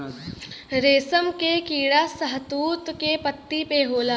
रेशम के कीड़ा शहतूत के पत्ती पे होला